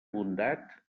bondat